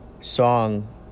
song